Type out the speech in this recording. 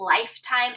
lifetime